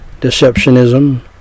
deceptionism